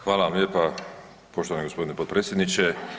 Hvala vam lijepa poštovani gospodine potpredsjedniče.